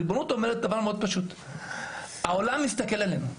ריבונות אומרת דבר מאוד פשוט, העולם מסתכל עלינו,